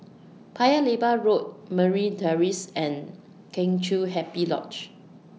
Paya Lebar Road Merryn Terrace and Kheng Chiu Happy Lodge